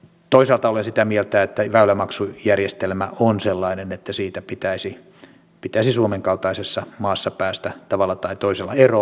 toisaalta olen sitä mieltä että väylämaksujärjestelmä on sellainen että siitä pitäisi suomen kaltaisessa maassa päästä tavalla tai toisella eroon